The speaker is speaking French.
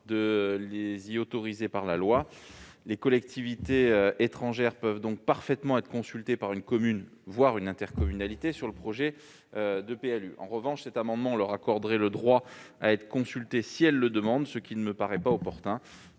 de les y autoriser par la loi. Les collectivités étrangères peuvent donc parfaitement être consultées par une commune, voire une intercommunalité, sur le projet de PLU. En revanche, ces amendements tendent également à accorder à ces collectivités étrangères le droit d'être consultées si elles le demandent, ce qui ne me paraît pas opportun.